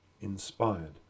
inspired